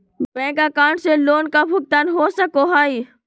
Bank account से loan का भुगतान हो सको हई?